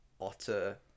otter